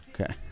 Okay